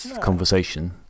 conversation